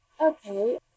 okay